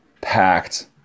packed